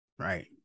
right